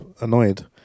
annoyed